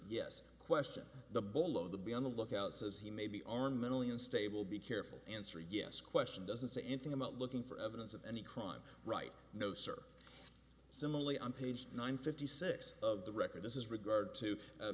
yes question the bolo the be on the lookout says he may be are mentally unstable be careful answer yes question doesn't say anything about looking for evidence of any crime right no sir similarly on page nine fifty six of the record this is regard to